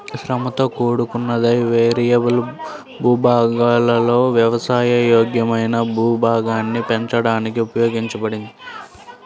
శ్రమతో కూడుకున్నది, వేరియబుల్ భూభాగాలలో వ్యవసాయ యోగ్యమైన భూభాగాన్ని పెంచడానికి ఉపయోగించబడింది